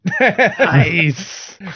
nice